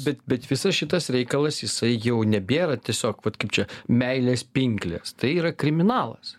bet bet visas šitas reikalas jisai jau nebėra tiesiog vat kaip čia meilės pinklės tai yra kriminalas